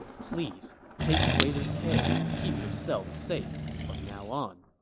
please take greater care to keep yourself safe from now on.